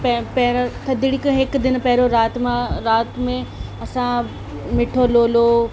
पह पहिरियों थधिड़ी खां हिकु ॾींहुं पहिरियों राति मां राति में असां मिठो लोलो